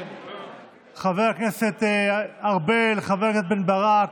חבר הכנסת ארבל, חבר הכנסת בן ברק,